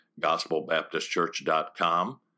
gospelbaptistchurch.com